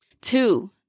Two